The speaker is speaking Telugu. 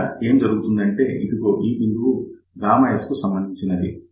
ఇక్కడ ఏం జరుగుతుందంటే ఇదిగో ఈ బిందువు S కు సంబంధించినది